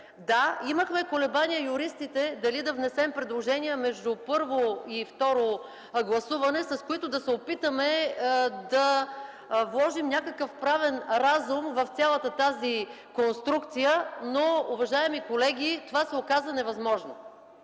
Да, имахме колебания юристите, дали да внесем предложения между първо и второ гласуване, с които да се опитаме да вложим някакъв правен разум в цялата тази конструкция, но, уважаеми колеги, това се оказа невъзможно.